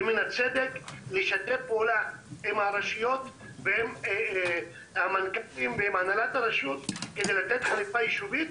ומן הצדק לשתף פעולה עם הרשויות ועם הנהלת הרשות כדי לתת חליפה יישובית.